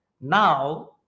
Now